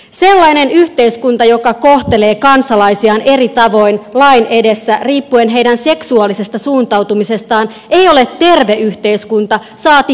sellainen yhteiskunta joka kohtelee kansalaisiaan eri tavoin lain edessä riippuen heidän seksuaalisesta suuntautumisestaan ei ole terve yhteiskunta saati kehittynyt yhteiskunta